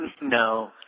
No